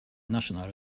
national